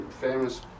famous